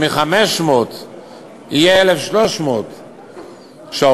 שמ-500 שעות יעלו ל-1,300 שעות,